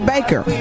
Baker